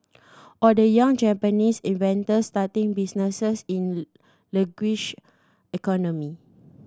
or the young Japanese inventors starting businesses in sluggish economy